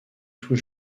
tout